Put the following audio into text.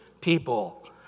people